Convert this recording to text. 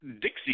Dixie